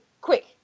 Quick